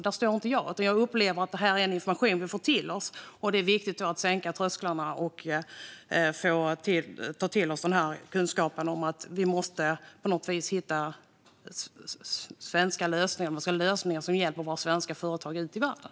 Där står inte jag, utan jag upplever att det är viktigt att sänka trösklarna så att vi kan ta till oss kunskapen så att vi kan hitta lösningar som hjälper svenska företag ute i världen.